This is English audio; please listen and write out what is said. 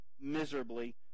miserably